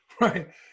Right